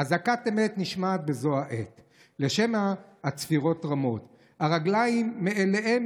"אזעקת אמת / נשמעת בזו העת / לשמע הצפירות רמות / הרגליים מאליהן